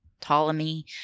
Ptolemy